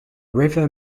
river